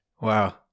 Wow